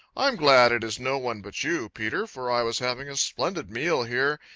i am glad it is no one but you, peter, for i was having a splendid meal here,